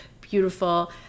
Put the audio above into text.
beautiful